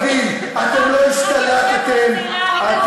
התחלת כל כך טוב,